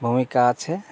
ভূমিকা আছে